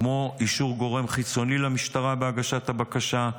כמו אישור גורם חיצוני למשטרה בהגשת בקשה,